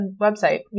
website